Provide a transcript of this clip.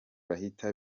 bahita